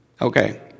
Okay